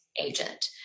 agent